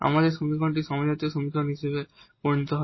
আমাদের সমীকরণটি হোমোজিনিয়াস সমীকরণ হিসাবে পরিণত হবে